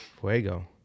Fuego